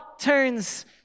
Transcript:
turns